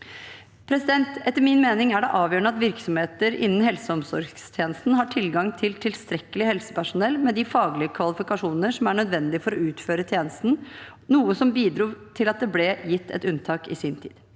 med 2022. Etter min mening er det avgjørende at virksomheter innen helse- og omsorgstjenesten har tilgang til tilstrekkelig helsepersonell med de faglige kvalifikasjoner som er nødvendig for å utføre tjenesten, noe som bidro til at det ble gitt et unntak i sin tid.